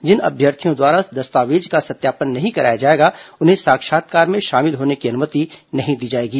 जिन अभ्यर्थियों द्वारा दस्तावेज का सत्यापन नहीं कराया जाएगा उन्हें साक्षात्कार में शामिल होने की अनुमति नहीं दी जाएगी